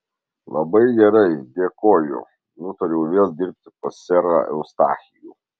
labai gerai dėkoju nutariau vėl dirbti pas serą eustachijų